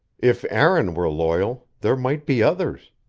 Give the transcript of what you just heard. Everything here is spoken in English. if aaron were loyal, there might be others.